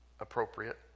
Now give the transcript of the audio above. appropriate